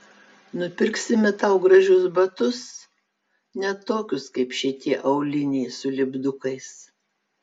nupirksime tau gražius batus ne tokius kaip šitie auliniai su lipdukais